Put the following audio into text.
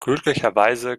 glücklicherweise